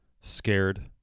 scared